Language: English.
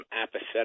apathetic